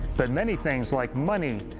but many things like money,